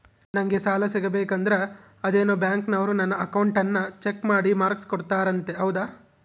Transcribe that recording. ನಂಗೆ ಸಾಲ ಸಿಗಬೇಕಂದರ ಅದೇನೋ ಬ್ಯಾಂಕನವರು ನನ್ನ ಅಕೌಂಟನ್ನ ಚೆಕ್ ಮಾಡಿ ಮಾರ್ಕ್ಸ್ ಕೊಡ್ತಾರಂತೆ ಹೌದಾ?